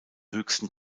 höchsten